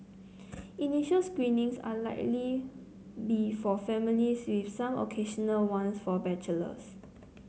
initial screenings are likely be for families with some occasional ones for bachelors